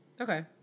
Okay